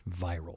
viral